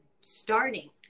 starting